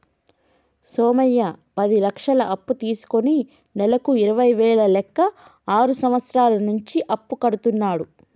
సోమయ్య పది లక్షలు అప్పు తీసుకుని నెలకు ఇరవై వేల లెక్క ఆరు సంవత్సరాల నుంచి అప్పు కడుతున్నాడు